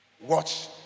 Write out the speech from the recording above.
Watch